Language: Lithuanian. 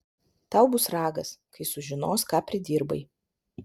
tau bus ragas kai sužinos ką pridirbai